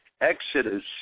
Exodus